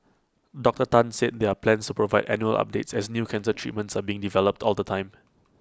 Doctor Tan said there are plans to provide annual updates as new cancer treatments are being developed all the time